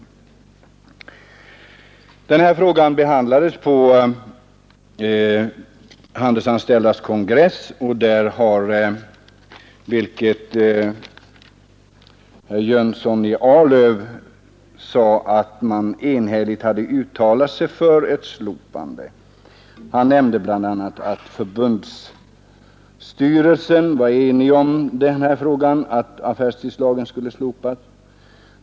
Den här frågan behandlades på Handelsanställdas förbunds kongress, och där uttalade man sig — som herr Jönsson i Arlöv sade — enhälligt för ett slopande av affärstidslagen. Han nämnde bl.a. att förbundsstyrelsen var enig om att affärstidslagen skulle slopas.